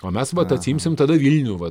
o mes vat atsiimsim tada vilnių va